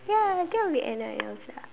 ya I think I'll be Anna and Elsa